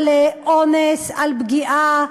על אונס, על פגיעה,